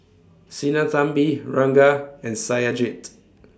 Sinnathamby Ranga and Satyajit